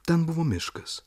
ten buvo miškas